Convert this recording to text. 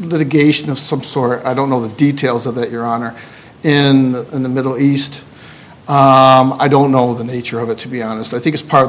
litigation of some sort i don't know the details of that your honor in the middle east i don't know the nature of it to be honest i think it's part of the